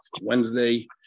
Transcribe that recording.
Wednesday